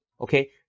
okay